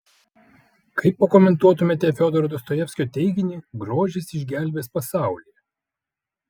kaip pakomentuotumėte fiodoro dostojevskio teiginį grožis išgelbės pasaulį